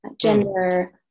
gender